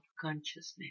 consciousness